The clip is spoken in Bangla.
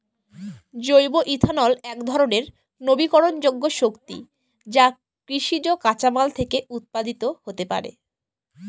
জৈব ইথানল একধরনের নবীকরনযোগ্য শক্তি যা কৃষিজ কাঁচামাল থেকে উৎপাদিত হতে পারে